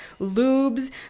lubes